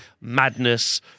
madness